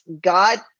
God